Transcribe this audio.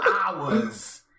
hours